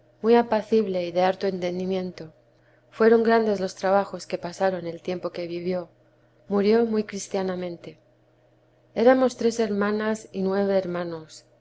muy apacible y de harto entendimiento fueron grandes los trabajos que pasaron el tiempo que vivió murió muy cristianamente éramos tres hermanas y nueve hermanos